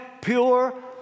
pure